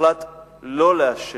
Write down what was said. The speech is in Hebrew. הוחלט שלא לאשר